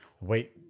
wait